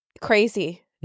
crazy